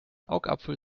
augapfel